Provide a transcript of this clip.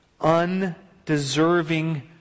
undeserving